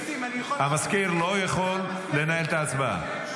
המזכיר לא יכול לנהל את ההצבעה.